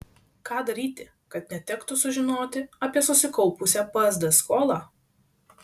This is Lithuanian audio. ką daryti kad netektų sužinoti apie susikaupusią psd skolą